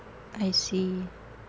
I see